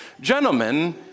Gentlemen